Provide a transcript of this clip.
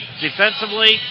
Defensively